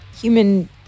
human